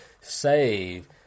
save